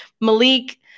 Malik